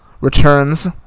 returns